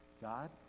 God